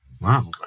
Wow